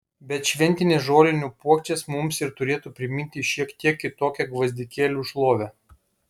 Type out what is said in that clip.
bet šventinės žolinių puokštės mums ir turėtų priminti šiek tiek kitokią gvazdikėlių šlovę